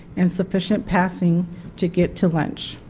and sufficient passing to get to lunch.